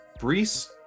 Brees